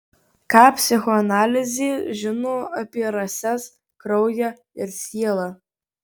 ką psichoanalizė žino apie rases kraują ir sielą